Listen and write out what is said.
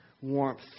warmth